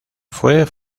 fue